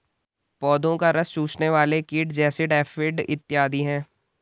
पौधों का रस चूसने वाले कीट जैसिड, एफिड इत्यादि हैं